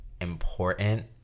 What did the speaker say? important